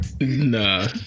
Nah